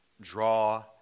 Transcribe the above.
draw